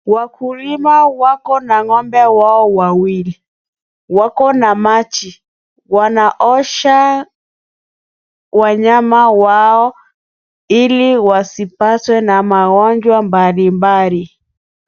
Wakulima wako na ng'ombe wao wawili. Wako na maji, wanaosha wanyama wao ili wasipatwe na magonjwa mbalimbali.